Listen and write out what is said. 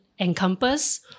Encompass